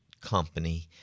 company